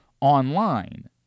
online